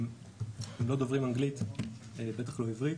הם לא דוברים אנגלית ובטח לא עברית.